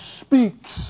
speaks